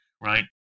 right